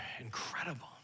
incredible